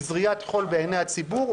היא זריית חול בעיני הציבור,